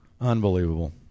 Unbelievable